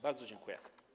Bardzo dziękuję.